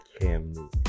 Cam